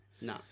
No